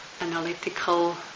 analytical